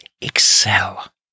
excel